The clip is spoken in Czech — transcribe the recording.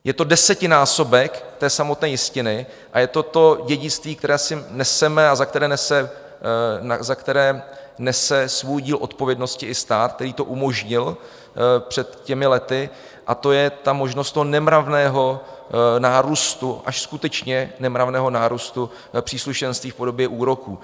Je to desetinásobek samotné jistiny a je to to dědictví, které si neseme a za které nese svůj díl odpovědnosti i stát, který to umožnil před lety, a to je ta možnost nemravného nárůstu, až skutečně nemravného nárůstu příslušenství v podobě úroků.